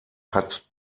hat